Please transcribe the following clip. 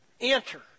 Enter